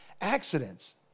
accidents